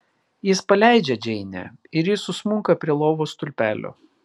jis paleidžia džeinę ir ji susmunka prie lovos stulpelio